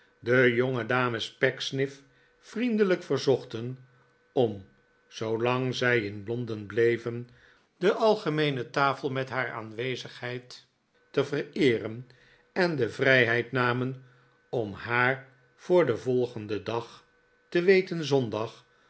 de jongedames pecksniff vriendelijk verzochten om zoolang zij in londen bleven de algemeene tafel met haar aanwezigheid te vereeren en de vrijheid namen om haar voor den volgenden dag te wetem